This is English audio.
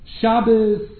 Shabbos